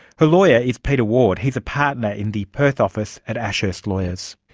her lawyer is peter ward, he's a partner in the perth office at ashurst lawyers.